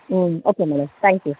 okay madam thank you